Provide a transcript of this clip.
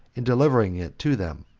and delivering it to them